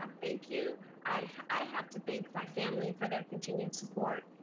um thank you. i have to thank my family for their continued support.